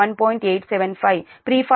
875 free fault condition 1